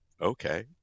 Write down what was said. okay